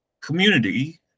community